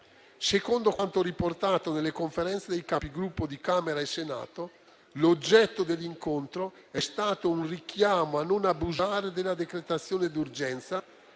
Secondo quanto riportato nelle Conferenze dei Capigruppo di Camera e Senato, l'oggetto dell'incontro è stato il richiamo a non abusare della decretazione di urgenza